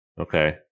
okay